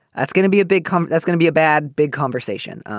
that's gonna be a big come. that's gonna be a bad, big conversation